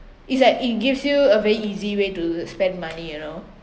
it's like it gives you a very easy way to spend money you know